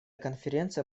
конференция